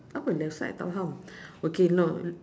apa left side tak faham okay no